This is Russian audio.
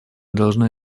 должны